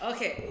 Okay